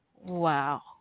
Wow